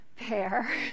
pair